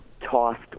tossed